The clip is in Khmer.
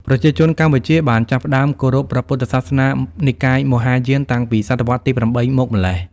ប្រជាជនកម្ពុជាបានចាប់ផ្តើមគោរពព្រះពុទ្ធសាសនានិកាយមហាយានតាំងពី សតវត្សរ៍ទី ៨ មកម្ល៉េះ។